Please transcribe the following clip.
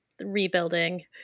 rebuilding